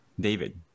David